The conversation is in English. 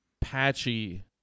patchy